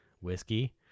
whiskey